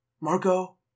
Marco